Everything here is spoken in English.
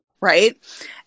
Right